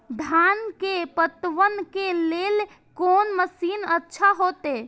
धान के पटवन के लेल कोन मशीन अच्छा होते?